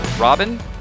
Robin